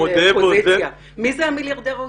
מי זה המיליארדר האוסטרלי?